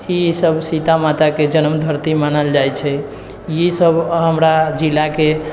ईसब सीता माता के जनम धरती मानल जाइ छै ईसब हमरा जिलाके